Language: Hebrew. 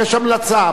יש המלצה,